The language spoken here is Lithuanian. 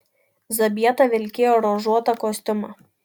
zabieta vilkėjo ruožuotą kostiumą